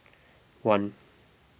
one